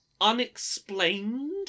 unexplained